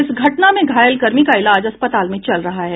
इस घटना में घायल कर्मी का इलाज अस्पताल में चल रहा है